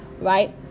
right